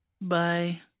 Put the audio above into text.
Bye